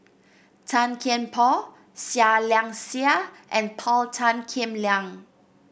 Tan Kian Por Seah Liang Seah and Paul Tan Kim Liang